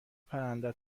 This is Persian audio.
پرنده